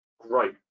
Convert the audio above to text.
Great